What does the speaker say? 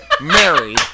Mary